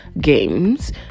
games